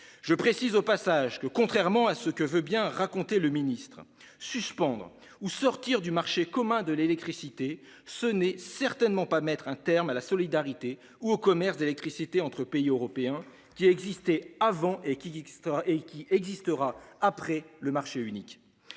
Je précise au passage que contrairement à ce que veut bien raconter le ministre, suspendre ou sortir du marché commun de l'électricité, ce n'est certainement pas mettre un terme à la solidarité ou au commerce d'électricité entre pays européens, qui existait avant et existera après le marché unique.